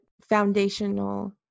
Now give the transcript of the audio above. foundational